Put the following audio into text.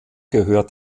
gehört